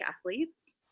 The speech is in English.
athletes